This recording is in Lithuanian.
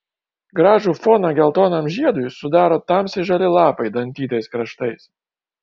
gražų foną geltonam žiedui sudaro tamsiai žali lapai dantytais kraštais